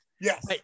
Yes